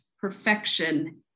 perfection